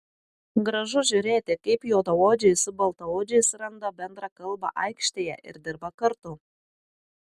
gražu žiūrėti kaip juodaodžiai su baltaodžiais randa bendrą kalbą aikštėje ir dirba kartu